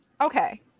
okay